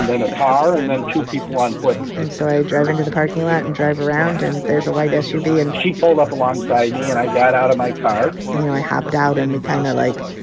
and then a car and then two people on foot and so i drive into the parking lot and drive around, and there's a white suv. and. she pulled up alongside me, and i got out of my car you know, i hopped out, and we kind of, like,